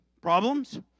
problems